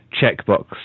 checkbox